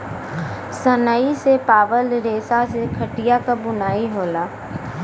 सनई से पावल रेसा से खटिया क बुनाई होला